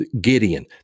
Gideon